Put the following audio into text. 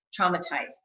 traumatized